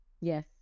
Yes